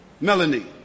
Melanie